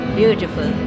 beautiful